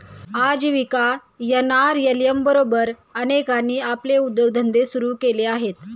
आजीविका एन.आर.एल.एम बरोबर अनेकांनी आपले उद्योगधंदे सुरू केले आहेत